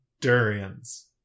durians